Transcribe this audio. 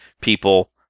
people